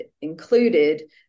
included